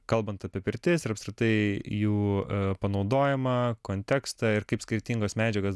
kalbant apie pirtis ir apskritai jų panaudojimą kontekstą ir kaip skirtingos medžiagos